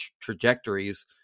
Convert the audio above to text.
trajectories